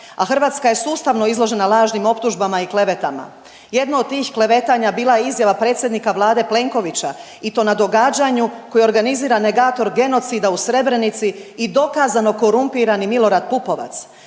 a Hrvatska je sustavno izložena lažnim optužbama i klevetama. Jedna od tih klevetanja bila je izjava predsjednika Vlade Plenkovića i to na događanju koji organizira negator genocida u Srebrenici i dokazano korumpirani Milorad Pupovac.